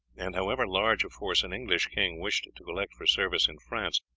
and however large a force an english king wished to collect for service in france,